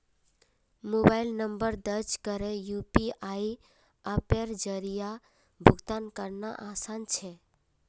mobile number दर्ज करे UPI अप्पेर जरिया भुगतान करना आसान छे